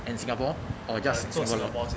and singapore or just singapore